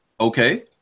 okay